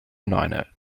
niner